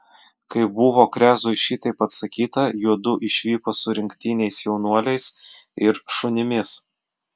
kai buvo krezui šitaip atsakyta juodu išvyko su rinktiniais jaunuoliais ir šunimis